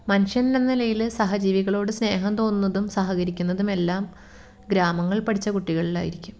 മനുഷ്യൻ എന്ന നിലയിൽ സഹജീവികളോട് സ്നേഹം തോന്നുന്നതും സഹകരിക്കുന്നതും എല്ലാം ഗ്രാമങ്ങളിൽ പഠിച്ച കുട്ടികളിലായിരിക്കും